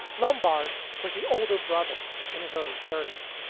lombardo was the older brother in his early thirty s.